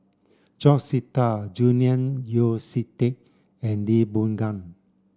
George Sita Julian Yeo See Teck and Lee Boon Ngan